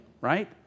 right